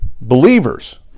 believers